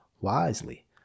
wisely